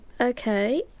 okay